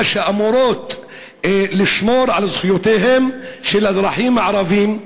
שאמורות לשמור על זכויותיהם של האזרחים הערבים.